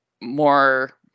more